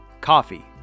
Coffee